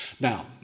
Now